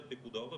של פיקוד העורף,